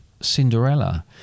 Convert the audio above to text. Cinderella